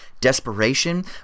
desperation